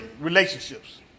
relationships